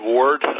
Ward